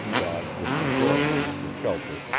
dodged into doorways for shelter,